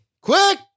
Quick